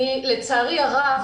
לצערי הרב,